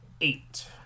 eight